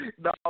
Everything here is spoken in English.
No